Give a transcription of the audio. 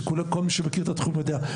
שכל מי שמכיר את התחום יודע.